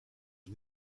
het